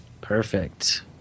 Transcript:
Perfect